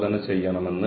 brand ഞാൻ മറന്നു